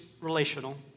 relational